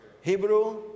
Hebrew